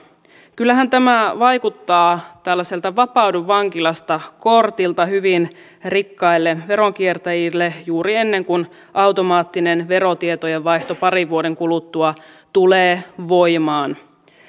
kyllähän tämä vaikuttaa tällaiselta vapaudu vankilasta kortilta hyvin rikkaille veronkiertäjille juuri ennen kuin automaattinen verotietojen vaihto parin vuoden kuluttua tulee voimaan